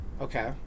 Okay